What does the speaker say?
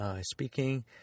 speaking